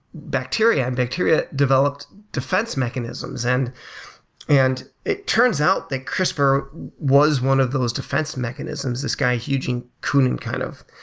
bacteria, and bacteria develop defense mechanisms. and and it it turns out that crispr was one of those defense mechanisms. this guy, eugene koonin, kind of